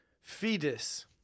Fetus